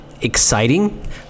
exciting